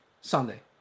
Sunday